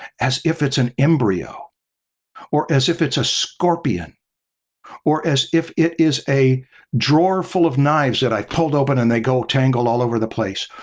as if it's an embryo or as if it's a scorpion or as if it is a drawer full of knives that i pulled open and they tangled all over the place,